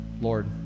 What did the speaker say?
Lord